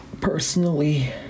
personally